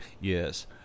Yes